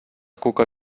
cuca